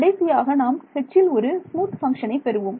கடைசியாக நாம் Hல் ஒரு ஸ்மூத் ஃபங்ஷனை பெறுவோம்